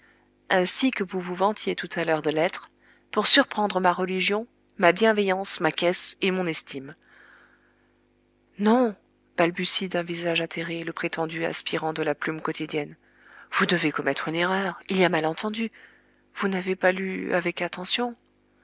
pour surprendre ma religion ma bienveillance ma caisse et mon estime non balbutie d'un visage atterré le prétendu aspirant de la plume quotidienne vous devez commettre une erreur il y a malentendu vous n'avez pas lu avec attention